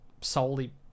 solely